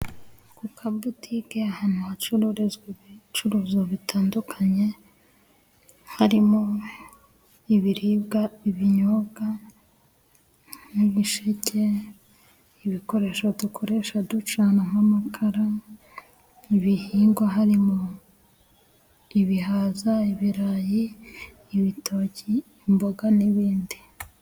Ku kabutike, ahantu hacururizwa ibicuruzwa bitandukanye, harimo ibiribwa, ibinyobwa, nk'ibisheke, ibikoresho dukoresha ducana, nk'amakara . Mu bihingwa harimo ibihaza, ibirayi, igitoki, imboga n'ibindi.